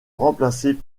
remplacé